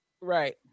Right